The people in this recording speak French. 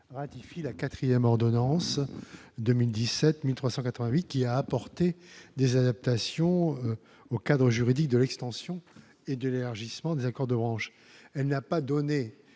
ratifie la quatrième ordonnance, n° 2017-1388, qui a apporté des adaptations au cadre juridique de l'extension et de l'élargissement des accords de branche. Cette ordonnance